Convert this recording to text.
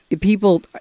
people